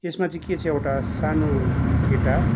यसमा चाहिँ के चाहिँ एउटा सानो केटा